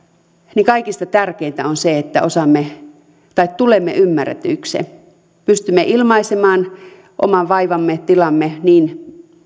niin kaikista tärkeintä on se että tulemme ymmärretyiksi pystymme ilmaisemaan oman vaivamme tilamme niin